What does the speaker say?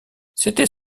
c’était